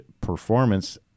performance